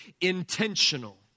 intentional